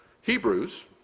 Hebrews